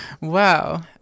Wow